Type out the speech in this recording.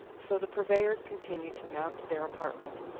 so the purveyors continued to mount to their apartment,